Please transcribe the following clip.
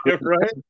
Right